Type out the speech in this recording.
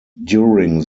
during